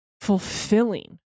fulfilling